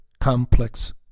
complex